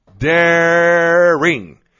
daring